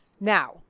Now